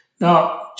Now